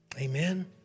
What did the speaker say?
Amen